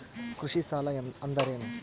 ಕೃಷಿ ಸಾಲ ಅಂದರೇನು?